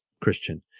christian